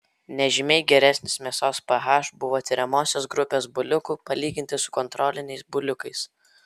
nežymiai geresnis mėsos ph buvo tiriamosios grupės buliukų palyginti su kontroliniais buliukais